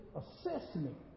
assessment